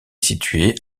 située